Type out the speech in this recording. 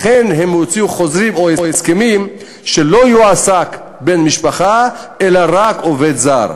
לכן הם הוציאו חוזרים או הסכמים שלא יועסק בן-משפחה אלא רק עובד זר.